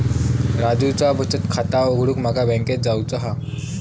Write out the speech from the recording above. राजूचा बचत खाता उघडूक माका बँकेत जावचा हा